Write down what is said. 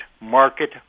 market